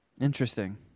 Interesting